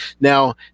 now